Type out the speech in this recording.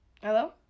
Hello